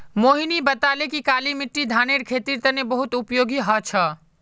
मोहिनी बताले कि काली मिट्टी धानेर खेतीर तने बहुत उपयोगी ह छ